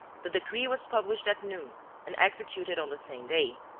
the decree was published at noon and executed on the same day.